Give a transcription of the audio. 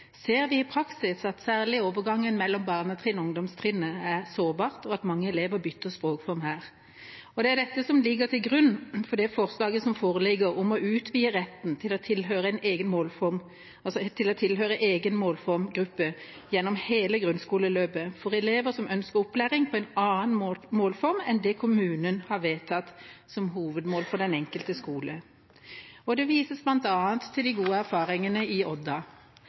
ser vi i praksis at særlig overgangen mellom barnetrinnet og ungdomstrinnet er sårbart, og at mange elever bytter språkform her. Det er dette som ligger til grunn for forslaget til vedtak som foreligger om å utvide retten til å tilhøre en egen målformgruppe gjennom hele grunnskoleløpet for elever som ønsker opplæring på en annen målform enn det kommunen har vedtatt som hovedmål ved den enkelte skole. Det vises bl.a. til de gode erfaringene i Odda.